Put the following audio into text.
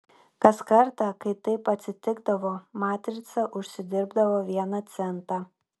kas kartą kai taip atsitikdavo matrica užsidirbdavo vieną centą